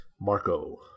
Marco